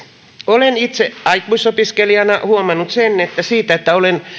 olen itse aikuisopiskelijana huomannut sen että siitä että olen